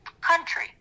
country